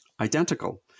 identical